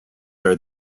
are